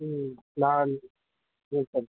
ம் நான் ம் சரி